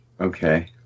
Okay